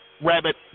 rabbit